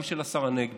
גם את זה של השר הנגבי,